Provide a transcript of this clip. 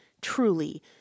truly